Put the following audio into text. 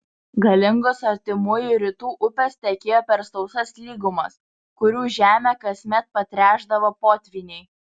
galingos artimųjų rytų upės tekėjo per sausas lygumas kurių žemę kasmet patręšdavo potvyniai